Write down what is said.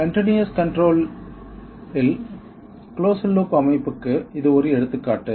continuous control இல் closed loop அமைப்புக்கு இது ஒரு எடுத்துக்காட்டு